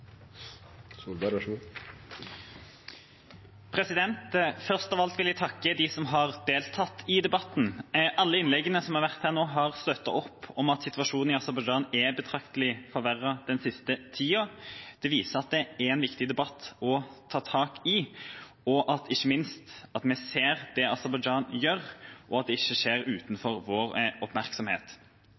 her nå, har støttet opp om at situasjonen i Aserbajdsjan er betraktelig forverret den siste tida. Det viser at dette er en viktig debatt å ta tak i, ikke minst at vi ser det Aserbajdsjan gjør, og at det ikke skjer utenfor vår oppmerksomhet.